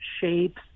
shapes